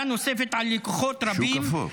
נוספת על לקוחות רבים -- שוק אפור.